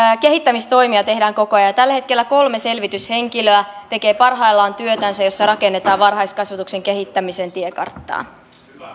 kehittämistoimia tehdään koko ajan ja tällä hetkellä kolme selvityshenkilöä tekee parhaillaan työtänsä jossa rakennetaan varhaiskasvatuksen kehittämisen tiekarttaa